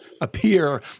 appear